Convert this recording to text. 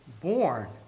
born